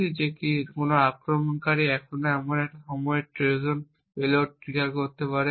কি যে কোনও আক্রমণকারী এখনও এমন সময়ে ট্রোজান পেলোড ট্রিগার করতে পারে